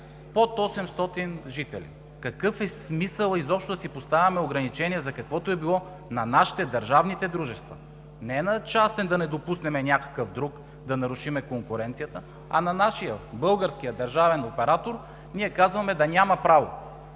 под 800 жители? Какъв е смисълът изобщо да поставяме ограничения за каквото и да било на нашите, държавните дружества? Не на частен, да не допуснем някакъв друг, да нарушим конкуренцията, а на нашия – българския държавен оператор, ние казваме да няма право.